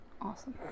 awesome